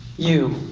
you.